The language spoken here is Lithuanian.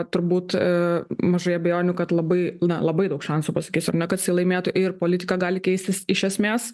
turbūt mažai abejonių kad labai na labai daug šansų pasakysiu ar ne kad jisai laimėtų ir politika gali keistis iš esmės